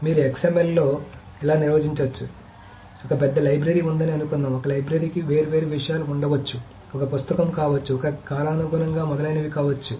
మీరు XML లో ఇలా నిర్వచించవచ్చు ఒక పెద్ద లైబ్రరీ ఉందని అనుకుందాం ఒక లైబ్రరీకి వేర్వేరు విషయాలు ఉండవచ్చు ఒక పుస్తకం కావచ్చు ఒక కాలానుగుణంగా మొదలైనవి కావచ్చు